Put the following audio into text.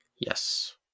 Yes